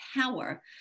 power